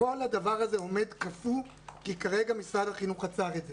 כל הדבר הזה עומד קפוא כי כרגע משרד החינוך עצר את זה.